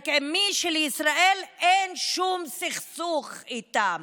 רק עם מי שלישראל אין שום סכסוך איתם,